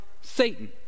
Satan